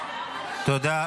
--- תודה.